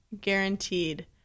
guaranteed